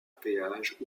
péage